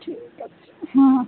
ঠিক আছে হ্যাঁ